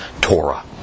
Torah